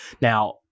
Now